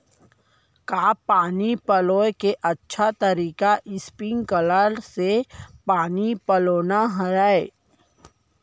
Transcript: का पानी पलोय के अच्छा तरीका स्प्रिंगकलर से पानी पलोना हरय?